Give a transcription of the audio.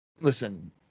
listen